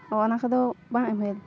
ᱚᱻ ᱚᱱᱟ ᱠᱚᱫᱚ ᱵᱟᱝ ᱮᱢ ᱦᱩᱭᱮᱱ